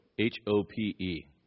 H-O-P-E